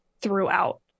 throughout